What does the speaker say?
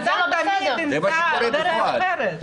הבן-אדם בסוף ימצא דרך אחרת.